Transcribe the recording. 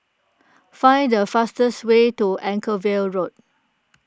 find the fastest way to Anchorvale Road